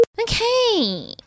Okay